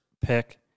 pick